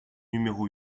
numéro